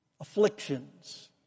afflictions